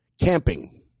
Camping